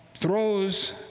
throws